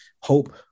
hope